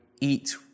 eat